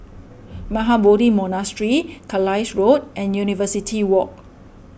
Mahabodhi Monastery Carlisle Road and University Walk